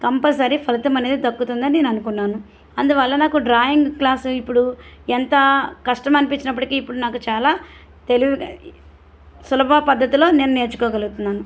compulsory ఫలితం అనేది దక్కుతుంది అని నేను అనుకున్నాను అందువల్ల నాకు డ్రాయింగ్ క్లాసు ఇప్పుడు ఎంత కష్టం అనిపించినప్పటికీ ఇప్పుడు నాకు చాలా తెలివి సులభపద్ధతిలో నేను నేర్చుకోగలుగుతున్నాను